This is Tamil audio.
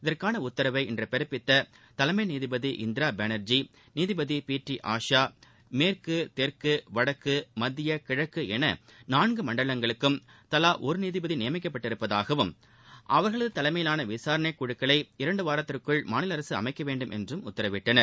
இதற்கான உத்தரவை இன்று பிறப்பித்த தலைமை நீதிபதி இந்திரா பானர்ஜி நீதிபதி பி டி ஆஷா மேற்கு தெற்கு வடக்கு மத்திய கிழக்கு நீதிபதி நியமிக்கப்பட்டுள்ளதாகவும் அவர்களது தலைமையிலாள விசாரணை குழுக்களை இரண்டு வாரத்திற்குள் மாநில அரசு அமைக்க வேண்டும் என்றும் உத்தரவிட்டனர்